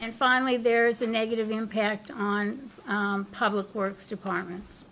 and finally there's a negative impact on public works department